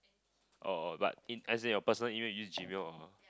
or or but in as in your personal email use Gmail or